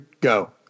go